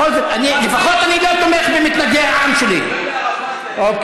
אתה תומך באדם, שדם, על ידיו.